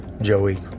Joey